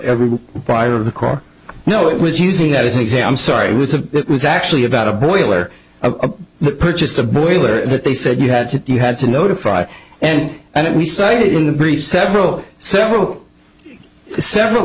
every buyer of the car no it was using that as an exam sorry it was a it was actually about a boiler a purchased a boiler that they said you had to do you had to notify and and we cited in the brief several several several